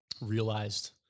realized